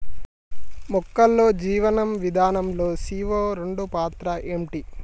మొక్కల్లో జీవనం విధానం లో సీ.ఓ రెండు పాత్ర ఏంటి?